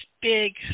big